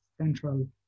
central